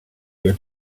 your